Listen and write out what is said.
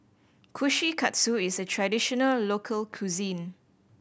kushikatsu is a traditional local cuisine